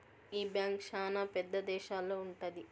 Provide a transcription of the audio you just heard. ఈ బ్యాంక్ శ్యానా పెద్ద దేశాల్లో ఉంటది